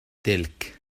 تلك